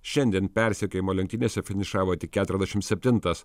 šiandien persekiojimo lenktynėse finišavo tik keturiasdešim septintas